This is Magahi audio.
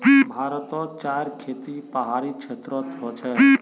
भारतोत चायर खेती पहाड़ी क्षेत्रोत होचे